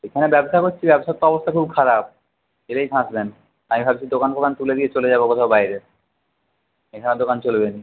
ওইখানে ব্যবসা করছি ব্যবসার তো অবস্থা খুব খারাপ গেলেই ফাঁসবেন আমি ভাবছি দোকান ফোকান তুলে দিয়ে চলে যাবো কোথাও বাইরে এইখানে দোকান চলবে না